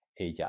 Ella